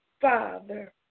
Father